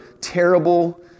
terrible